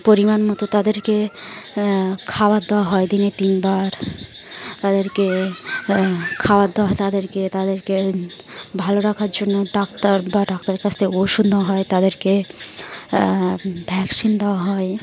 পরিমাণ মতো তাদেরকে খাওয়ার দেওয়া হয় দিনে তিনবার তাদেরকে খাওয়ার দেওয়া হয় তাদেরকে তাদেরকে ভালো রাখার জন্য ডাক্তার বা ডাক্তারের কাছ থেকে ওষুধ নেওয়া হয় তাদেরকে ভ্যাকসিন দেওয়া হয়